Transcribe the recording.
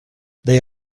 they